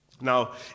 Now